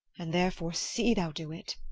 and therefore see thou do it.